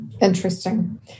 interesting